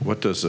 what does